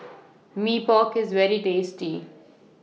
Mee Pok IS very tasty